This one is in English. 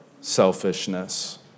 selfishness